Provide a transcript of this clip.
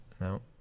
No